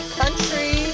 country